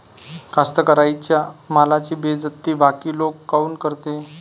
कास्तकाराइच्या मालाची बेइज्जती बाकी लोक काऊन करते?